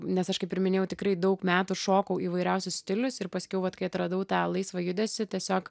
nes aš kaip ir minėjau tikrai daug metų šokau įvairiausius stilius ir paskiau vat kai atradau tą laisvą judesį tiesiog